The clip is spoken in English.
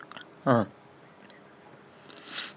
ah